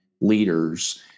leaders